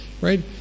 right